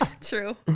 True